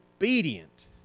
Obedient